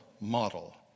model